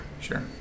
Sure